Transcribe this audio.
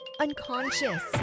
unconscious